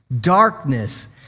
darkness